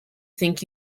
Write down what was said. think